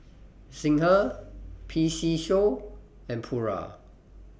Singha P C Show and Pura